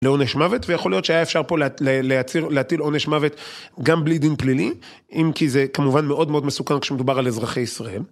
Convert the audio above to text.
לעונש מוות ויכול להיות שהיה אפשר פה להטיל עונש מוות גם בלי דין פלילי אם כי זה כמובן מאוד מאוד מסוכן כשמדובר על אזרחי ישראל.